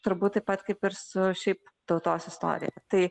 turbūt taip pat kaip ir su šiaip tautos istorija tai